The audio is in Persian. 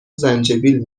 زنجبیل